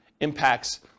impacts